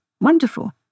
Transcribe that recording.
Wonderful